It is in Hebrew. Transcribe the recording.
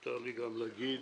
מותר לי גם להגיד,